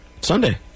Sunday